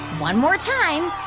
one more time.